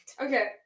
okay